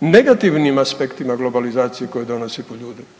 negativnim aspektima globalizacije koja donosi po ljude